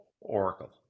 Oracle